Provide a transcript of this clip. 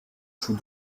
jouent